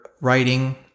writing